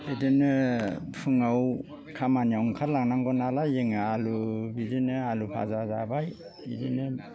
बिदिनो फुङाव खामानियाव ओंखारलांनांगौ नालाय जोंना आलु बिदिनो आलु भाजा जाबाय बिदिनो